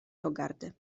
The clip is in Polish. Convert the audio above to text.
pogardy